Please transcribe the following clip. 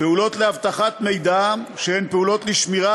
פעולות אבטחה פיזית, שהן פעולות לשמירה